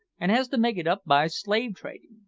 and has to make it up by slave-tradin'.